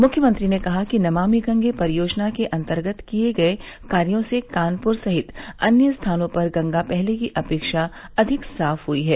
मुख्यमंत्री ने कहा कि नमामि गंगे परियोजना के अंतर्गत किए गए कार्यों से कानपुर सहित अन्य स्थानों पर गंगा पहले की अपेक्षा अधिक साफ हुई हैं